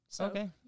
Okay